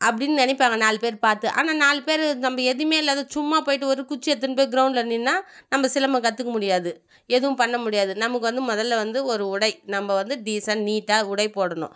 அப்படின்னு நினைப்பாங்க நாலு பேர் பார்த்து ஆனால் நாலு பேர் நம்ம எதுவுமே இல்லாத சும்மா போயிட்டு ஒரு குச்சி எடுத்துன்னு போய் க்ரௌண்ட்டில் நின்றா நம்ம சிலம்பம் கற்றுக்க முடியாது எதுவும் பண்ண முடியாது நமக்கு வந்து முதல்ல வந்து ஒரு உடை நம்ம வந்து டீசெண்ட் நீட்டாக உடை போடணும்